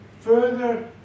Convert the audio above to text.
Further